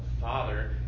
father